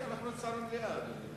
למליאה.